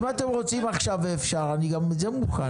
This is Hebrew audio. אם אתם רוצים עכשיו, אני גם את זה מוכן.